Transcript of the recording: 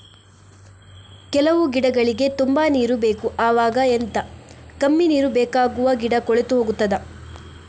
ಕೆಲವು ಗಿಡಗಳಿಗೆ ತುಂಬಾ ನೀರು ಬೇಕು ಅವಾಗ ಎಂತ, ಕಮ್ಮಿ ನೀರು ಬೇಕಾಗುವ ಗಿಡ ಕೊಳೆತು ಹೋಗುತ್ತದಾ?